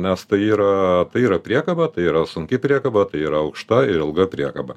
nes tai yra tai yra priekaba tai yra sunki priekaba tai yra aukšta ir ilga priekaba